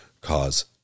cause